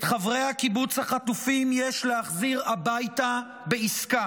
את חברי הקיבוץ החטופים יש להחזיר הביתה בעסקה.